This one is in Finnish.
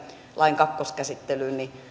lain kakkoskäsittelyyn